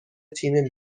تیم